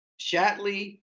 Shatley